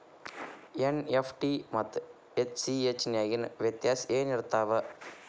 EFT ಮತ್ತ ACH ನ್ಯಾಗಿನ್ ವ್ಯೆತ್ಯಾಸೆನಿರ್ತಾವ?